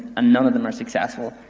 and none of them are successful.